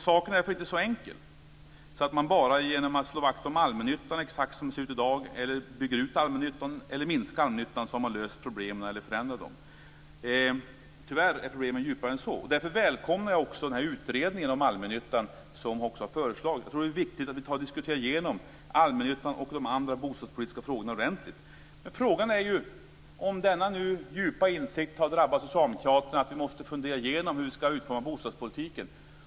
Saken är därför inte så enkel att man bara genom att slå vakt om allmännyttan exakt som den ser ut i dag, genom att bygga ut allmännyttan eller minska allmännyttan har löst problemen eller förändrat dem. Tyvärr är problemen djupare än så. Därför välkomnar jag utredningen om allmännyttan som föreslagits. Det är viktigt att vi diskuterar igenom allmännyttan och de andra bostadspolitiska frågorna ordentligt. Frågan är om den djupa insikten har drabbat socialdemokraterna att vi måste fundera igenom hur vi skall utforma bostadspolitiken.